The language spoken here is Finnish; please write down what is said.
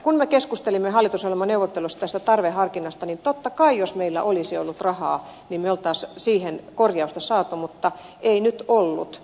kun me keskustelimme hallitusohjelmaneuvotteluissa tästä tarveharkinnasta niin totta kai jos meillä olisi ollut rahaa me olisimme siihen korjausta saaneet mutta ei nyt ollut